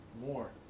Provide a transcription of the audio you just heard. more